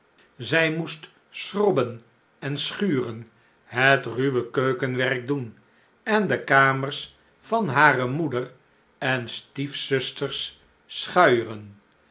zij moest schrobben en schuren het ruwe keukenwerk doen en de kamers van hare moeder en stiefzusters schuijeren